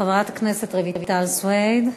חברת הכנסת רויטל סויד,